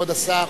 כבוד השר.